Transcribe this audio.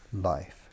life